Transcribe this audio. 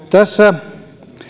tässä